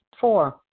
Four